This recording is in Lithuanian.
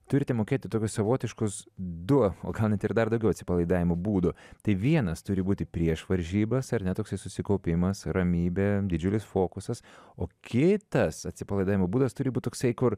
turite mokėti tokius savotiškus du o gal net ir dar daugiau atsipalaidavimo būdų tai vienas turi būti prieš varžybas ar ne toksai susikaupimas ramybė didžiulis fokusas o kitas atsipalaidavimo būdas turi būt toksai kur